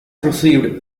received